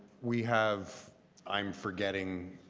we have i'm forgetting.